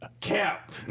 Cap